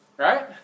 Right